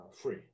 free